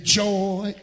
joy